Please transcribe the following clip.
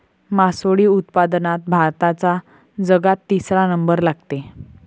मासोळी उत्पादनात भारताचा जगात तिसरा नंबर लागते